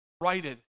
righted